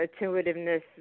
intuitiveness